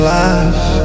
life